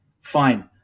fine